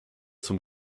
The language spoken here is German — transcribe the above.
zum